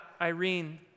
Irene